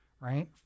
right